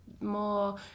more